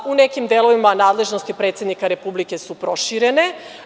U nekim delovima nadležnosti predsednika Republike su proširene.